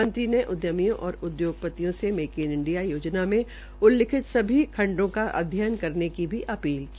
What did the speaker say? मंत्री ने उद्यमियों और उद्योगपतियों से मेक इन इंडिया योजना उल्लेखित सभी खंडों का अध्ययन करने की भी अपील की